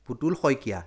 Putul Saikia